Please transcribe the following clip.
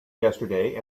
yesterday